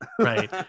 right